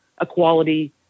equality